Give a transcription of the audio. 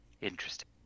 Interesting